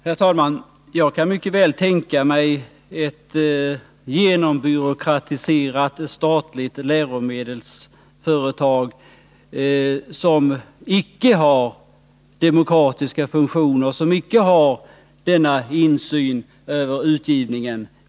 Herr talman! Jag kan i och för sig mycket väl tänka mig ett genombyråkratiserat statligt läromedelsföretag, som icke har demokratiska funktioner och som icke har denna insyn när det gäller utgivningen.